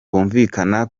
bumvikana